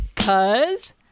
cause